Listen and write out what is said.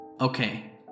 Okay